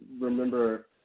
remember